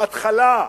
בהתחלה,